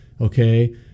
okay